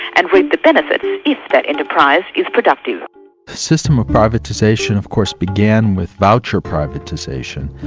and reap the benefits if that enterprise is productive. the system of privatisation of course began with voucher privatisation.